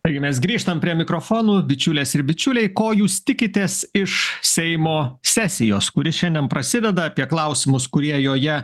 taigi mes grįžtam prie mikrofonų bičiulės ir bičiuliai ko jūs tikitės iš seimo sesijos kuri šiandien prasideda apie klausimus kurie joje